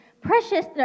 precious